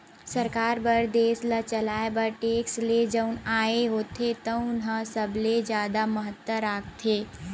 सरकार बर देस ल चलाए बर टेक्स ले जउन आय होथे तउने ह सबले जादा महत्ता राखथे